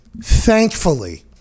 thankfully